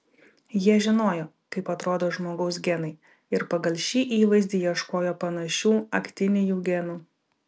jie žinojo kaip atrodo žmogaus genai ir pagal šį įvaizdį ieškojo panašių aktinijų genų